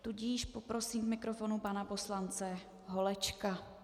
Tudíž poprosím k mikrofonu pana poslance Holečka.